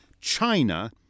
China